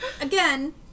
again